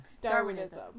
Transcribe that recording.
Darwinism